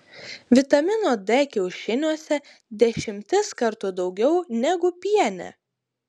vitamino d kiaušiniuose dešimtis kartų daugiau negu piene